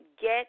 Get